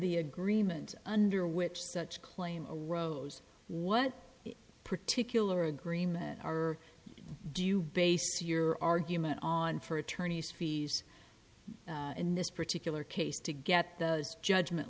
the agreement under which such claims rose what particular agreement or do you base your argument on for attorneys in this particular case to get those judgment